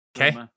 Okay